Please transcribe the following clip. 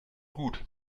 gut